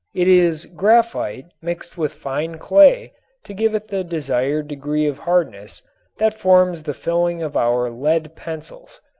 it is graphite mixed with fine clay to give it the desired degree of hardness that forms the filling of our lead pencils.